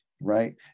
Right